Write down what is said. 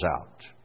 out